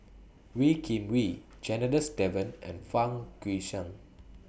Wee Kim Wee Janadas Devan and Fang Guixiang